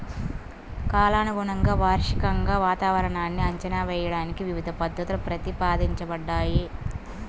కాలానుగుణంగా, వార్షికంగా వాతావరణాన్ని అంచనా వేయడానికి వివిధ పద్ధతులు ప్రతిపాదించబడ్డాయి